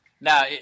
Now